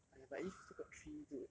!aiya! but at least you still got three dude